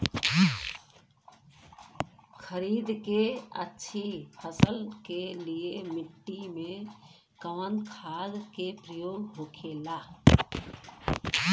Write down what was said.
खरीद के अच्छी फसल के लिए मिट्टी में कवन खाद के प्रयोग होखेला?